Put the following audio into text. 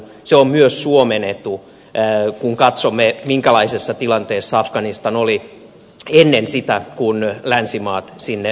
se on myös suomen etu kun katsomme minkälaisessa tilanteessa afganistan oli ennen sitä kun länsimaat sinne menivät